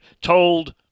told